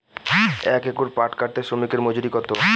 এক একর পাট কাটতে শ্রমিকের মজুরি কত?